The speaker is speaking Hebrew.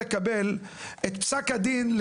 לקבל את פסק הדין,